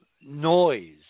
noise